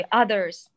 others